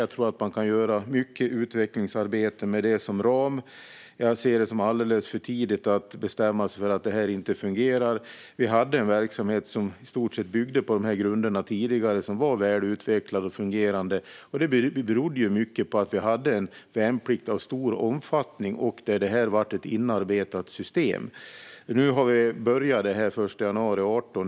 Jag tror att man kan göra mycket utvecklingsarbete med det som ram. Jag ser det som alldeles för tidigt att bestämma sig för att detta inte fungerar. Vi hade en verksamhet som i stort sett byggde på de här grunderna tidigare och som var väl utvecklad och fungerande, och det berodde mycket på att vi hade en värnplikt av stor omfattning där detta blev ett inarbetat system. Nu började vi med det här den 1 januari 2018.